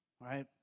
Right